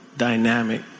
Dynamic